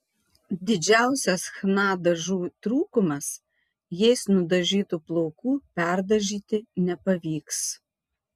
didžiausias chna dažų trūkumas jais nudažytų plaukų perdažyti nepavyks